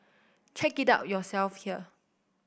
check it out yourself here